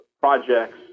projects